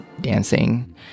dancing